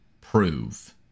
prove